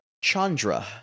Chandra